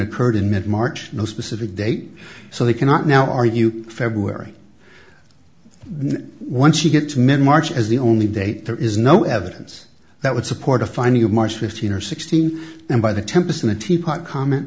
occurred in mid march no specific date so they cannot now are you february once you get to mid march as the only date there is no evidence that would support a finding of march fifteen or sixteen and by the tempest in a teapot comment